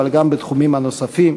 אבל גם בתחומים הנוספים.